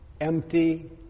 empty